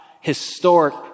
historic